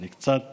אני קצת